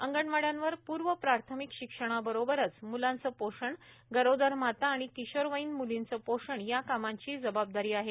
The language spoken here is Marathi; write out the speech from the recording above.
अंगणवाड्यांवर पूर्व प्रायमिक शिबणबरोबरच मुलांचं पो ाण गरोदर माता आणि किशोरवयीन मुलींचं पो ाण या कामांची जबाबदारी आहे